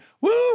Woo